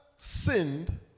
sinned